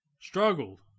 struggled